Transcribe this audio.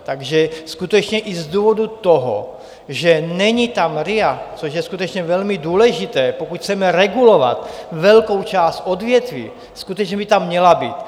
Takže skutečně i z důvodu toho, že není tam RIA, což je skutečně velmi důležité, pokud chceme regulovat velkou část odvětví, skutečně by tam měla být.